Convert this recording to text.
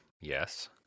Yes